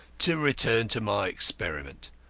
to return to my experiment.